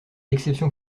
l’exception